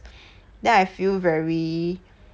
then I feel very